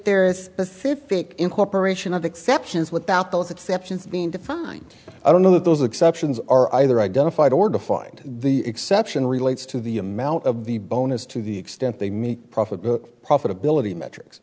there is the fifth pick incorporation of exceptions without those exceptions being defined i don't know that those exceptions are either identified or defined the exception relates to the amount of the bonus to the extent they meet profit profitability metrics